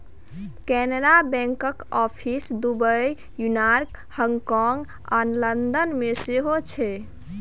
कैनरा बैंकक office Dubai, New York, हाँगकाँग आ लंदन मे सेहो छै